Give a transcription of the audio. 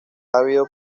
habido